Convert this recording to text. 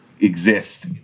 exist